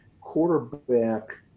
quarterback